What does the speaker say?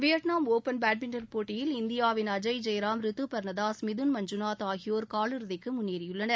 Vietnam open badminton போட்டியில் இந்தியாவின் அஜய் ஜெய்ராம் ரித்து பர்னதாஸ் மிதுன் மஞ்சுநாத் ஆகியோா் காலிறுதிக்கு முன்னேறி உள்ளனர்